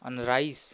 आणि राईस